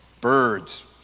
birds